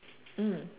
mm